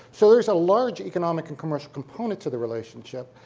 so there's a large economic and commercial component to the relationship,